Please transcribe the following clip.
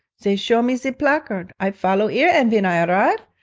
zey show me ze placard, i follow ere, and ven i arrive,